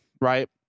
right